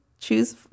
choose